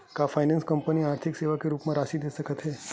का finance company आर्थिक सेवा के रूप म राशि दे सकत हे?